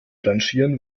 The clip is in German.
rangieren